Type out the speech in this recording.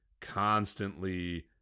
constantly